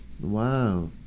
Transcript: Wow